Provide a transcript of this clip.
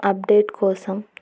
update కోసం